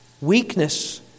weakness